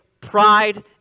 pride